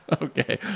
Okay